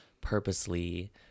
purposely